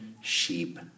sheep